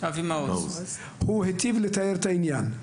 הוא הטיב לתאר את העניין.